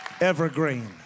Evergreen